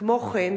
כמו כן,